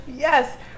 Yes